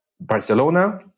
Barcelona